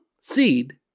seed